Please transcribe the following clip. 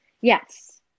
Yes